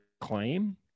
claim